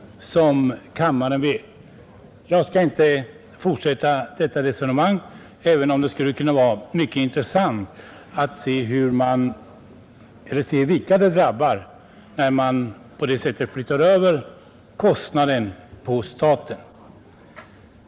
Jag skall inte fortsätta detta resonemang, även om det skulle vara mycket intressant att se vilka det drabbar när man på det sättet flyttar över kostnaden på staten.